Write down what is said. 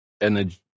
Energy